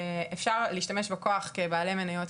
אפשר להשתמש בכוח כבעלי מניות,